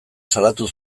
salatu